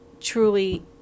truly